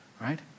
right